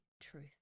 truth